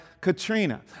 Katrina